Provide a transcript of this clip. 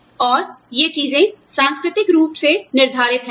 और ये चीजें सांस्कृतिक रूप से निर्धारित हैं